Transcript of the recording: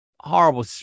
horrible